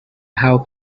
have